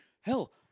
hell